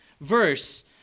verse